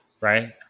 Right